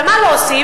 ומה לא עושים,